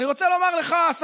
אני רוצה לומר לך ולחבריך,